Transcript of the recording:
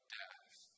death